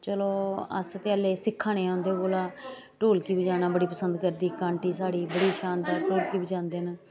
चलो अस ते हाले सिक्खा ने आं उं'दे कोला ढोलकी बजाना बड़ी पसंद करदी इक आंटी साढ़ी बड़ा शानदार ढोलकी बजांदे न